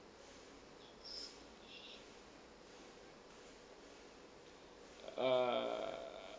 uh